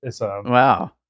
Wow